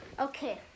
Okay